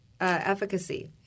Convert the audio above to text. efficacy